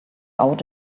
out